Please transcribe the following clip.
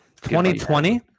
2020